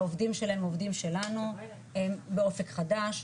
העובדים שלהם עובדים שלנו באופק חדש,